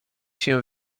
się